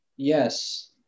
yes